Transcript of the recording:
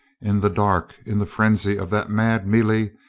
in the dark, in the frenzy of that mad me lee,